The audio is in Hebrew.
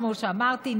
כמו שאמרתי,